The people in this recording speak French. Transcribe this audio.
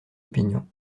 opinion